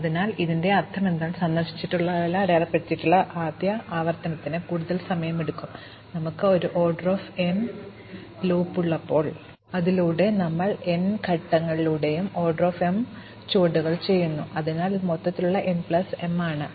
അതിനാൽ ഇതിന്റെ അർത്ഥമെന്തെന്നാൽ സന്ദർശിച്ചതെല്ലാം അടയാളപ്പെടുത്തുന്നതിനുള്ള ആദ്യ ആവർത്തനത്തിന് കൂടുതൽ സമയം എടുക്കും ഞങ്ങൾക്ക് ഒരു O n ലൂപ്പ് ഉള്ളപ്പോൾ അതിലൂടെ ഞങ്ങൾ n ഘട്ടങ്ങളിലുടനീളം O m ചുവടുകൾ ചെയ്യുന്നു അതിനാൽ ഇത് മൊത്തത്തിലുള്ള n പ്ലസ് m ആണ്